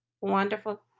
Wonderful